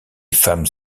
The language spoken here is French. femmes